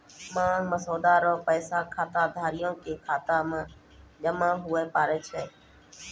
मांग मसौदा रो पैसा खाताधारिये के खाता मे जमा हुवै पारै